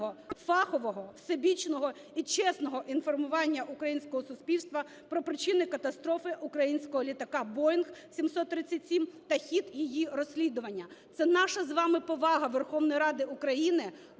фахового всебічного і чесного інформування українського суспільства про причини катастрофи українського літака "Боїнг 737" та хід її розслідування". Це наша з вами повага, Верховної Ради України,